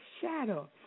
shadow